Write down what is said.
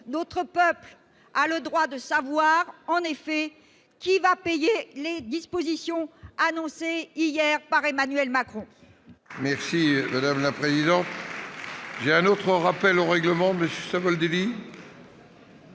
Notre peuple a le droit de savoir en effet qui va payer les dispositions annoncées hier par Emmanuel Macron